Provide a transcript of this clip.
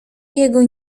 jego